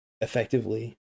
Effectively